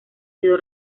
sido